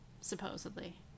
supposedly